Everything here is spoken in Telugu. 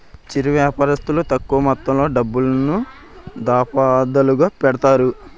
చిరు వ్యాపారస్తులు తక్కువ మొత్తంలో డబ్బులను, దఫాదఫాలుగా పెడతారు